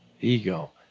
ego